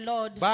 Lord